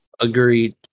agreed